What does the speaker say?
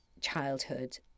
childhood